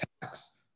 tax